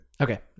Okay